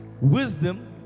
Wisdom